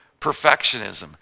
perfectionism